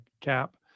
cap